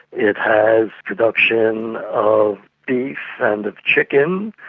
it has production of beef and of chicken,